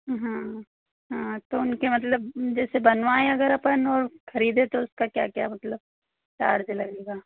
हाँ हाँ तो उनके मतलब जैसे बनवाए अगर अपन और खरीदे तो उसका क्या क्या मतलब चार्ज लगेगा